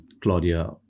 Claudia